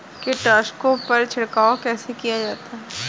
कीटनाशकों पर छिड़काव कैसे किया जाए?